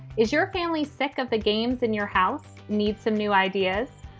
is your family sick of the games in your house? need some new ideas.